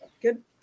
Good